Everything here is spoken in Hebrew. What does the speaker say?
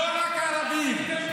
לא רק ערבים,